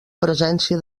presència